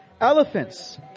elephants